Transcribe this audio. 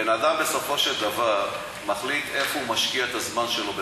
בן-אדם בסופו של דבר מחליט איפה הוא משקיע את הזמן שלו בחקירה.